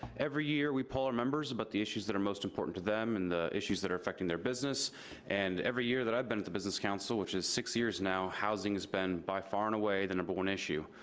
every year we poll our members about the issues that are most important to them and the issues that are affecting their business and every year that i've been at the business council, which is six years now, housing has been by far and away the number one issue.